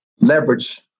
leverage